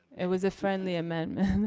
it was a friendly amendment.